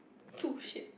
two shade